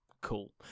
cool